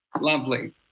Lovely